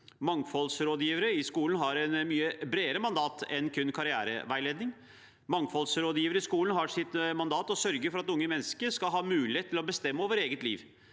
Mangfoldsrådgivere i skolen har et mye bredere mandat enn kun karriereveiledning. Mangfoldsrådgivere i skolen har i sitt mandat å sørge for at unge mennesker skal ha mulighet til å bestemme over eget liv.